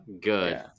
Good